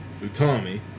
Utami